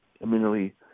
immediately